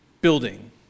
building